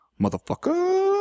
Motherfucker